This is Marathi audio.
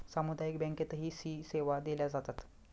सामुदायिक बँकेतही सी सेवा दिल्या जातात